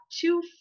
two